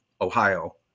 Ohio